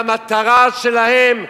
והמטרה שלהם,